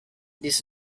this